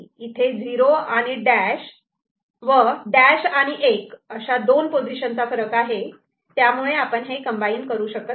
इथे 0 आणि डॅश व डॅश आणि 1 अशा दोन पोझिशनचा फरक आहे त्यामुळे आपण हे कम्बाईन करू शकत नाही